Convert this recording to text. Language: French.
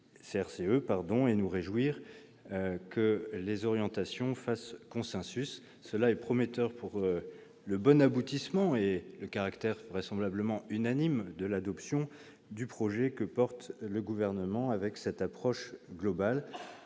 et nous réjouir que les orientations fassent consensus ; cela est prometteur pour le bon aboutissement et même pour le caractère vraisemblablement unanime de l'adoption du projet que porte le Gouvernement, avec cette approche globale.